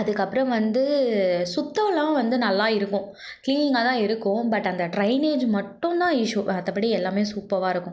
அதுக்கப்புறம் வந்து சுத்தமெலாம் வந்து நல்லா இருக்கும் கிளீனாக தான் இருக்கும் பட் அந்த ட்ரைனேஜ் மட்டும்தான் இஸ்யூ மற்றபடி எல்லாமே சூப்பவாக தான் இருக்கும்